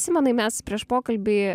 simonai mes prieš pokalbį